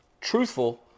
truthful